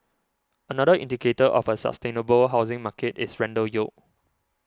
another indicator of a sustainable housing market is rental yield